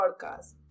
podcast